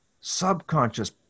Subconscious